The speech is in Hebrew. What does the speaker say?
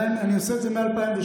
אני עושה את זה מ-2013.